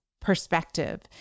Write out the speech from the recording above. perspective